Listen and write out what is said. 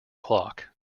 clock